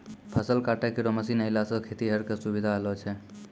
फसल काटै केरो मसीन आएला सें खेतिहर क सुबिधा होलो छै